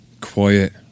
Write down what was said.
Quiet